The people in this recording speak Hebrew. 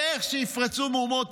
הרי איך שיפרצו מהומות,